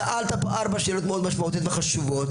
אבל שאלת פה ארבע שאלות מאוד משמעותיות וחשובות,